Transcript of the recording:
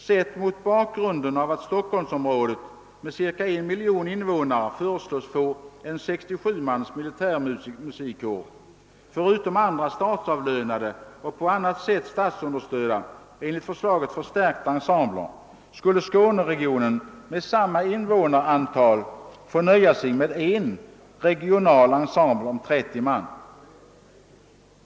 Sett mot bakgrunden av att Stockholmsområdet med ca en miljon invånare föreslås få en 67 mans militärmusikkår förutom andra statsavlönande och på annat sätt statsunderstödda och enligt förslaget förstärkta ensembler skulle Skåneregionen med samma invånarantal få nöja sig med en regional ensemble om 30 man.